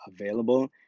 available